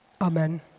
Amen